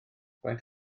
faint